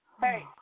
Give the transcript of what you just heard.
Hey